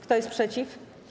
Kto jest przeciw?